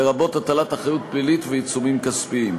לרבות הטלת אחריות פלילית ועיצומים כספיים.